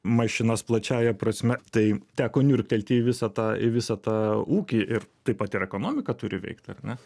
mašinas plačiąja prasme tai teko niurktelti į visatą į visą tą ūkį ir taip pat ir ekonomika turi veikt ar ne